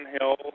Hill